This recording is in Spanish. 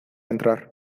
entrar